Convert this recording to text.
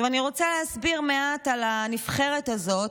אני רוצה להסביר מעט על הנבחרת הזאת